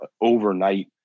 overnight